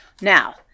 Now